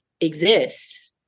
exist